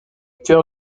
cœur